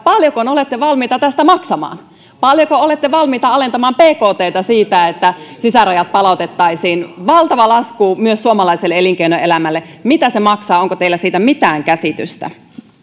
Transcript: paljonko olette valmiita siitä maksamaan paljonko olette valmiita alentamaan bkttä että sisärajat palautettaisiin valtava lasku myös suomalaiselle elinkeinoelämälle mitä se maksaa onko teillä siitä mitään käsitystä